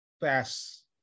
pass